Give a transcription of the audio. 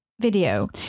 video